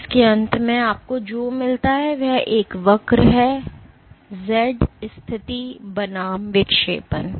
तो इसके अंत में आपको जो मिलता है वह एक वक्र है Z स्थिति बनाम विक्षेपण